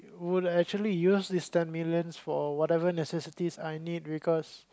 would actually use this ten millions for whatever necessities I need because